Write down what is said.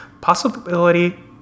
Possibility